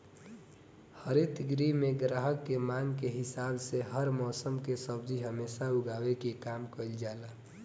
हरित गृह में ग्राहक के मांग के हिसाब से हर मौसम के सब्जी हमेशा उगावे के काम कईल जाला